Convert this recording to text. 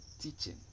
teaching